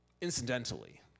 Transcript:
Incidentally